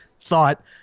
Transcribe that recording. thought